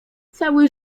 całe